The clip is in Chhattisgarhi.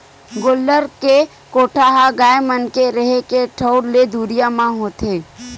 गोल्लर के कोठा ह गाय मन के रेहे के ठउर ले दुरिया म होथे